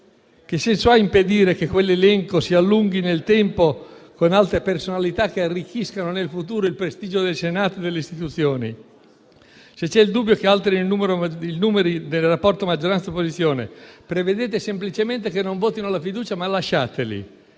Che senso ha impedire che quell'elenco si allunghi nel tempo con altre personalità che arricchiscano nel futuro il prestigio del Senato e delle istituzioni? Se c'è il dubbio che alteri il numero del rapporto maggioranza-opposizione, prevedete semplicemente che non votino la fiducia, ma lasciateli.